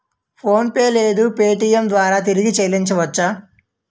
PhonePe లేదా Paytm ద్వారా తిరిగి చల్లించవచ్చ?